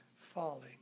falling